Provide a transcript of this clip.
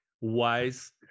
wise